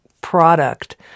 product